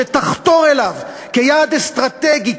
שתחתור אליו כיעד אסטרטגי,